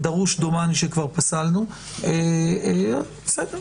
דומני שכבר פסלנו את דרוש.